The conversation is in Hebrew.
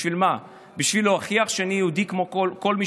בשביל מה, בשביל להוכיח שאני יהודי כמו כל מי